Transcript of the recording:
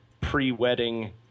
pre-wedding